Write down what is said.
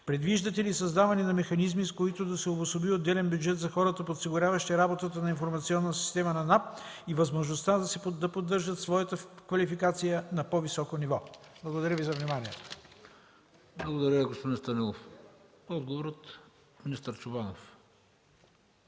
Предвиждате ли създаването на механизми, с които да се обособи отделен бюджет за хората, подсигуряващи работата на информационната система на НАП и възможността да поддържат своята квалификация на по-високо ниво? Благодаря Ви за вниманието.